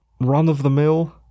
run-of-the-mill